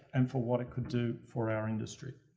and for what it could do for our industry.